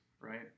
right